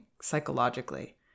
psychologically